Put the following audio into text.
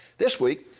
this week,